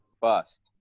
Bust